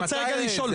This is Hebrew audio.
אני רוצה לשאול,